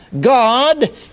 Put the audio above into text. God